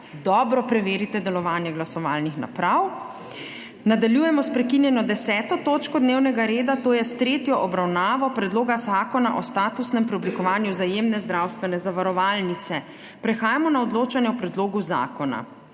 dobro preverite delovanje glasovalnih naprav. Nadaljujemo s prekinjeno 10. točko dnevnega reda, to je s tretjo obravnavo Predloga zakona o statusnem preoblikovanju Vzajemne zdravstvene zavarovalnice, d. v. z. Prehajamo na odločanje o predlogu zakona.